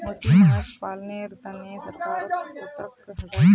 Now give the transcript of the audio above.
मोती माछ पालनेर तने सरकारो सतर्क रहछेक